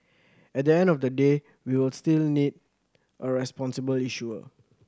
at the end of the day we'll still need a responsible issuer